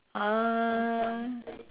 uh